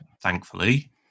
thankfully